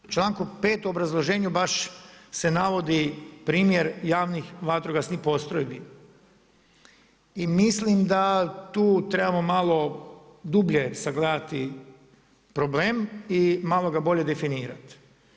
U članku 5. u obrazloženju baš se navodi primjer javnih vatrogasnih postrojbi i mislim da tu trebamo malo dublje sagledati problem i malo ga bolje definirati.